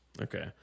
Okay